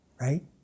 right